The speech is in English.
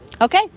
Okay